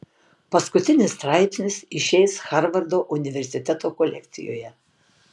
paskutinis straipsnis išeis harvardo universiteto kolekcijoje